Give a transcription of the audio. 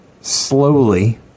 slowly